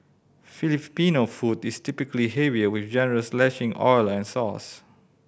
Filipino food is typically heavier with generous lashing of oil and sauce